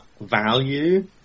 value